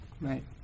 right